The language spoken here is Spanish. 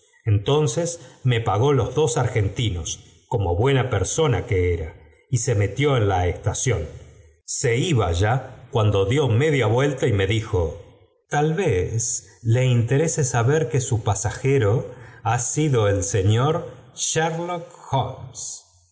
entonces me pagó los dos argentinos como buena persona que era y se metió en a cstaciód se iba ya cuando dió media vuelta y me dijo tal vez le interese saber que su pasajero ha sido el señor shqflock holmes